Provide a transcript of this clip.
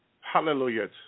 Hallelujah